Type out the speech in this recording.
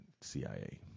CIA